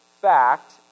fact